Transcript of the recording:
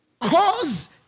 cause